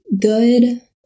good